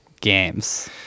games